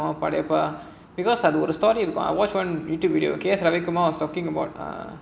ah once more vulnerable because I don't want to study about I watch on YouTube video K S ravikumar talking about err